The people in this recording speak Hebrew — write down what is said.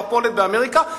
מפולת באמריקה.